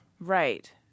Right